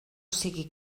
sigui